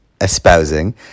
espousing